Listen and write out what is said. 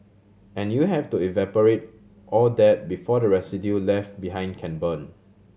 and you have to evaporate all that before the residue left behind can burn